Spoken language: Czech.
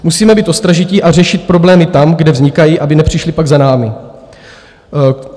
Musíme být ostražití a řešit problémy tam, kde vznikají, aby nepřišly pak za námi.